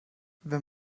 wenn